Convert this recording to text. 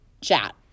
chat